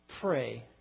pray